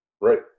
Right